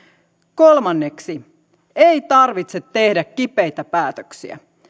kolmanneksi ei tarvitse tehdä kipeitä päätöksiä